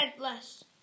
less